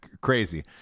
crazy